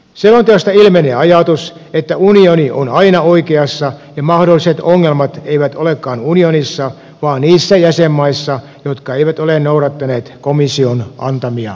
selonteosta ilmenee ajatus että unioni on aina oikeassa ja mahdolliset ongelmat eivät olekaan unionissa vaan niissä jäsenmaissa jotka eivät ole noudattaneet komission antamia ohjeita